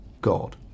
God